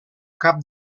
cap